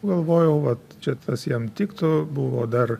galvojau vat čia tas jam tiktų buvo dar